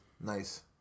nice